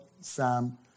Sam